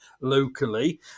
locally